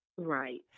Right